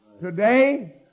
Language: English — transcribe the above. today